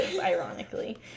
ironically